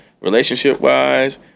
relationship-wise